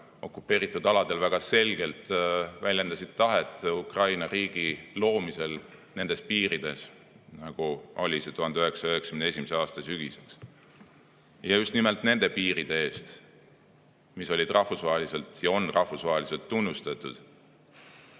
okupeeritud aladel väga selgelt väljendasid tahet Ukraina riigi loomiseks nendes piirides, nagu oli see 1991. aasta sügisel. Ja just nimelt nende piiride eest, mis olid ja on rahvusvaheliselt tunnustatud,